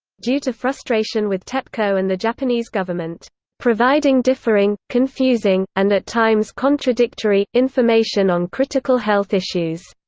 due to frustration with tepco and the japanese government providing differing, confusing, and at times contradictory, information on critical health issues